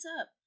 up